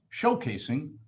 Showcasing